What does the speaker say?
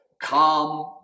come